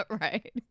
right